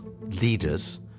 leaders